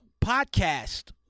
podcast